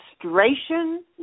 frustration